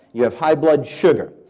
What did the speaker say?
you have high blood sugar.